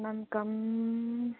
ma'am कम